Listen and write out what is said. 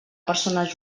persones